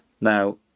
Now